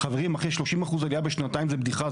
חברים אחרי 30% הגעה בשנתיים זה בדיחה,